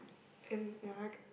and ya I